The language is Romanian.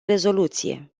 rezoluție